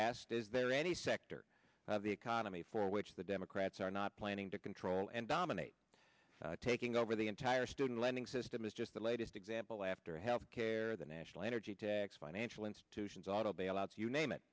asked is there any sector of the economy for which the democrats are not planning to control and dominate taking over the entire student lending system is just the latest example after health care the national energy tax financial institutions auto bailouts you name it